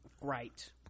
right